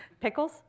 Pickles